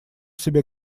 себе